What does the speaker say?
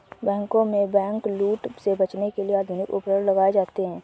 बैंकों में बैंकलूट से बचने के लिए आधुनिक उपकरण लगाए जाते हैं